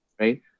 right